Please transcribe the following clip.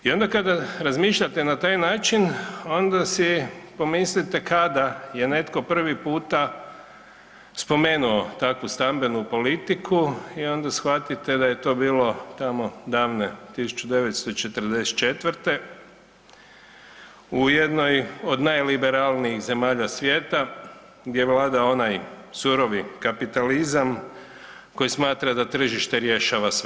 I onda kada razmišljate na taj način, onda si pomislite kada je netko prvi puta spomenuo takvu stambenu politiku, i onda shvatite da je to bilo tamo davne 1944., u jednoj od najliberalnijih zemalja svijeta, gdje vlada onaj surovi kapitalizam koji smatra da tržište rješava sve.